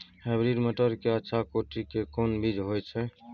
Hybrid मटर के अच्छा कोटि के कोन बीज होय छै?